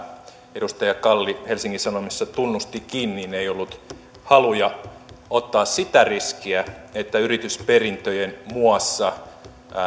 edustaja kalli helsingin sanomissa tunnustikin ei ollut haluja ottaa sitä riskiä että yritysperintöjen muassa